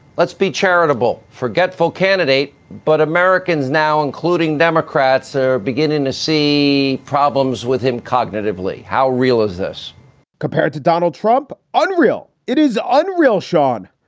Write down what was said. let's be charitable, forgetful candidate, but americans now, including democrats, are beginning to see problems with him cognitively. how real is this compared to donald trump? unreal. it is unreal, sean.